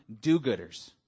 do-gooders